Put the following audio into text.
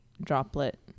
droplet